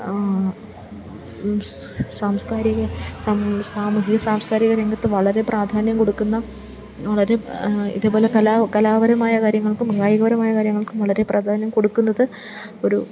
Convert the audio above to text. സാംസ്കാരിക സാമൂഹിക സാംസ്കാരിക രംഗത്ത് വളരെ പ്രാധാന്യം കൊടുക്കുന്ന വളരെ ഇതേപോലെ കലാ കലാപരമായ കാര്യങ്ങൾക്കും കായികപരമായ കാര്യങ്ങൾക്കും വളരെ പ്രധാന്യം കൊടുക്കുന്നത് ഒരു